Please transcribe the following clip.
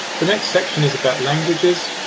the next section is about languages,